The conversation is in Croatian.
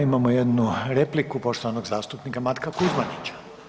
Imamo jednu repliku poštovanog zastupnika Matka Kuzmanića.